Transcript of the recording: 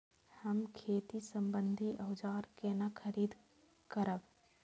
हम खेती सम्बन्धी औजार केना खरीद करब?